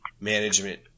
management